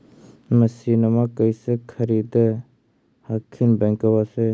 मसिनमा कैसे खरीदे हखिन बैंकबा से?